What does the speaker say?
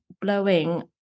blowing